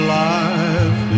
life